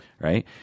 Right